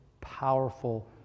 powerful